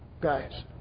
guys